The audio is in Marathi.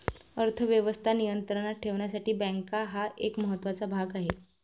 अर्थ व्यवस्था नियंत्रणात ठेवण्यासाठी बँका हा एक महत्त्वाचा भाग आहे